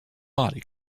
body